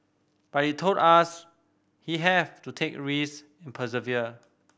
but he told us he have to take risk persevere